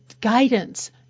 guidance